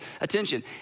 attention